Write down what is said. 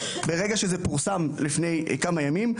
ברגע שזה פורסם לפני כמה ימים,